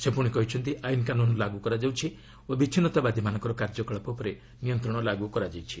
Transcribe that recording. ସେ ପୁଣି କହିଛନ୍ତି ଆଇନକାନୁନ ଲାଗୁ କରାଯାଉଛି ଓ ବିଚ୍ଛିନ୍ନତାବାଦୀମାନଙ୍କର କାର୍ଯ୍ୟକଳାପ ଉପରେ ନିୟନ୍ତ୍ରଣ ଲାଗୁ କରାଯାଇଛି